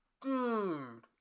Dude